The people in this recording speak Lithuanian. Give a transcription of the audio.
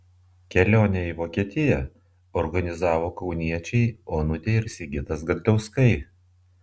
kelionę į vokietiją organizavo kauniečiai onutė ir sigitas gadliauskai